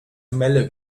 melle